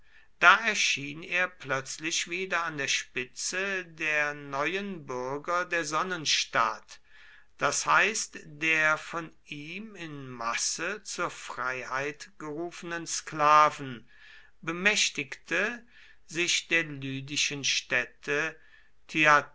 da erschien er plötzlich wieder an der spitze der neuen bürger der sonnenstadt das heißt der von ihm in masse zur freiheit gerufenen sklaven bemächtigte sich der lydischen städte